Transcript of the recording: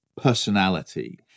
personality